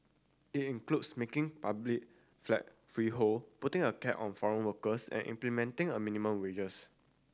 it includes making public flat freehold putting a cap on foreign workers and implementing a minimum wages